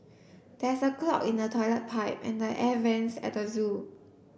there is a clog in the toilet pipe and the air vents at the zoo